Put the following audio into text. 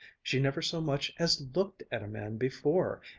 she never so much as looked at a man before,